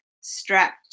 strapped